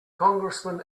congressman